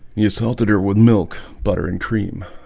you assaulted her with milk butter and cream.